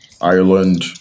Ireland